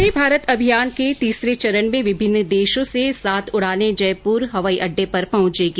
वंदे भारत अभियान के तीसरे चरण में विभिन्न देशों से सात उड़ानें जयपुर हवाई अड्डे पर पहुंचेगी